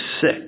sick